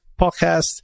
podcast